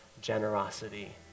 generosity